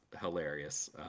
hilarious